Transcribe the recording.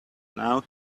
now